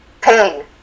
pain